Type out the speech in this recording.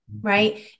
right